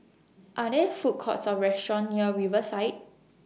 Are There Food Courts Or restaurants near Riverside